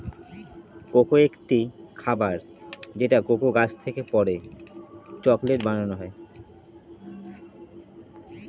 cocoa একটি খাবার যেটা কোকো গাছ থেকে পেড়ে চকলেট বানানো হয়